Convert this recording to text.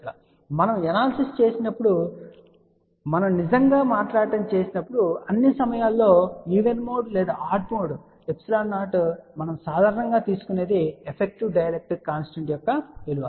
అయితే మనము ఎనాలసిస్ చేసినప్పుడు మనము నిజంగా మాట్లాడటం చేయము అన్ని సమయాలలో ఈవెన్ మోడ్ లేదా ఆడ్ మోడ్ ε0 మనం సాధారణంగా తీసుకునేది ఎఫెక్టివ్ డై ఎలక్ట్రిక్ కాన్స్టాంట్ యొక్క విలువ